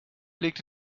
legte